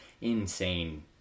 Insane